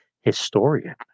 historian